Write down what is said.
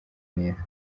neza